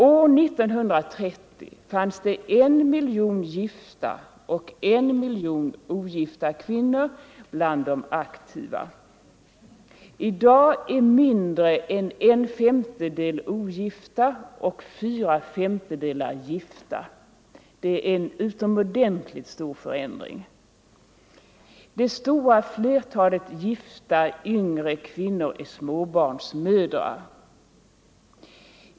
År 1930 fanns det en miljon gifta och en miljon ogifta kvinnor bland de aktiva. I dag är mindre än en femtedel ogifta och fyra femtedelar gifta. Det är en utomordentligt stor förändring. Det stora flertalet gifta yngre kvinnor är småbarnsmödrar.